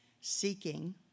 seeking